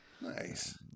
Nice